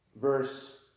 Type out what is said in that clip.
verse